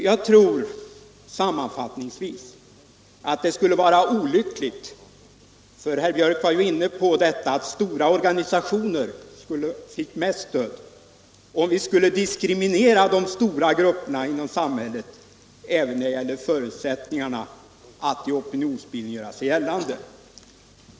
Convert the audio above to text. Jag tror, sammanfattningsvis, att det skulle vara olyckligt — herr Björck var ju inne på detta att stora organisationer fick mest stöd — om vi skulle diskriminera stora grupper i samhället även när det gäller förutsättningarna för att i opinionsbildning göra sig gällande.